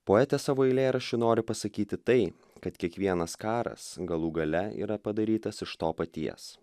poetė savo eilėraščiu noriu pasakyti tai kad kiekvienas karas galų gale yra padarytas iš to paties